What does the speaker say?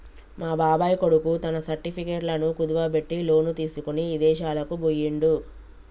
మా బాబాయ్ కొడుకు తన సర్టిఫికెట్లను కుదువబెట్టి లోను తీసుకొని ఇదేశాలకు బొయ్యిండు